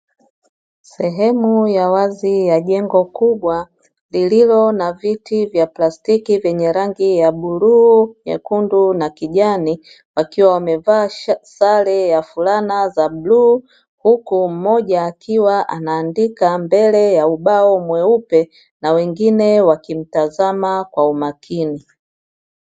Sehemu ya wazi ya jengo kubwa lililo na viti vya plastiki vyenye rangi ya bluu, nyekundu na kijani wakiwa wamevaa sare ya fulana za bluu huku mmoja akiwa anaandika mbele ya ubao mweupe na wengine wakimtazama kwa umakini.